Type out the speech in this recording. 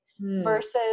versus